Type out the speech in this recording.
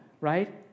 right